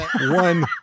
One